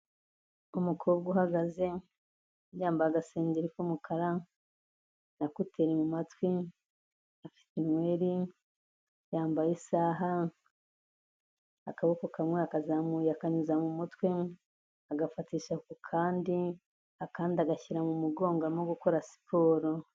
Umukobwa uhagaze, yambaye agasengeri k'umukara, na kuteri mu matwi, afite inweri, yambaye isaha, akaboko kamwe yakazamuye akanyuza mu mutwe, agafatisha ku kandi, akandi agashyira mu mugongo arimo gukora siporo.